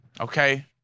okay